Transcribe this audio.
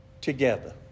together